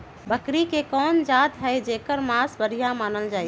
बकरी के कोन जात हई जेकर मास बढ़िया मानल जाई छई?